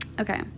Okay